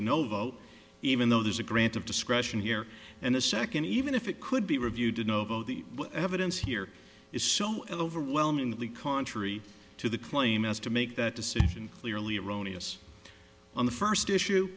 to know vote even though there's a grant of discretion here and the second even if it could be reviewed the evidence here is so overwhelmingly contrary to the claim as to make that decision clearly erroneous on the first issue